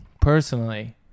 personally